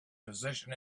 position